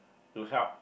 to help